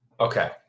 Okay